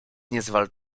niezwal